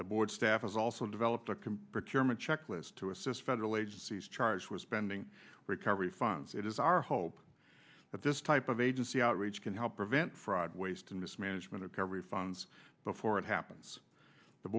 the board staff is also developed a compartment checklist to assist federal agencies charged with spending recovery funds it is our hope that this type of agency outreach can help prevent fraud waste and mismanagement of cover funds before it happens the